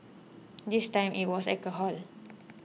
this time it was alcohol